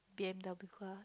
Vienda